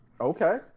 Okay